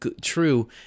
true